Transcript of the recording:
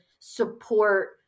support